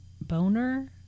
Boner